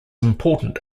important